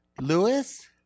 Lewis